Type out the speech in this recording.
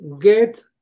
get